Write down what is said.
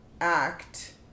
act